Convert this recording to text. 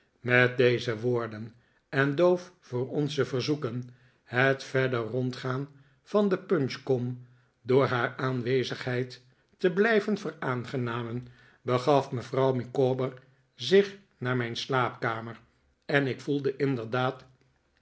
met deze woorden en doof voor onze verzoeken het verder rondgaan van de punchkom door haar aanwezigheid te blijven veraangenamen begaf mevrouw micawber zich naar mijn slaapkamer en ik voelde inderdaad